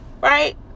right